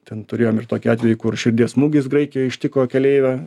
ten turėjom ir tokį atvejį kur širdies smūgis graikijoj ištiko keleivę